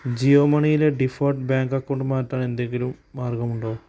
ജിയോ മണിയിലെ default bank account മാറ്റാനെന്തെങ്കിലും മാർഗമുണ്ടോ